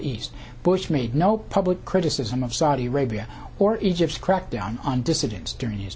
east bush made no public criticism of saudi arabia or egypt crackdown on dissidents during his